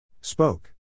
Spoke